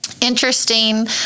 interesting